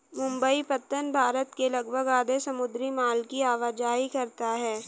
मुंबई पत्तन भारत के लगभग आधे समुद्री माल की आवाजाही करता है